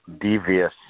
devious